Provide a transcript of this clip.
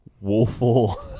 woeful